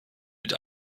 mit